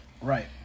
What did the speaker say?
right